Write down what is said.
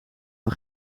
van